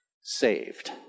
saved